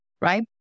right